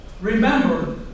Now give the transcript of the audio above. remember